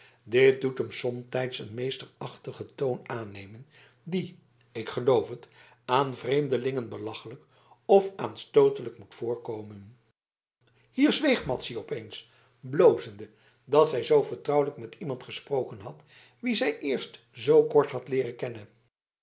dit doet hem somtijds een meesterachtigen toon aannemen die ik gevoel het aan vreemdelingen belachelijk of aanstootelijk moet voorkomen hier zweeg madzy op eens blozende dat zij zoo vertrouwelijk met iemand gesproken had wien zij eerst zoo kort had leeren kennen